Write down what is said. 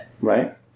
Right